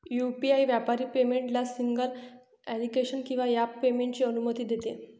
UPI व्यापारी पेमेंटला single application किंवा ॲप पेमेंटची अनुमती देते